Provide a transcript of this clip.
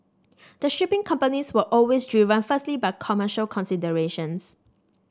the shipping companies were always driven firstly by commercial considerations